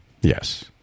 Yes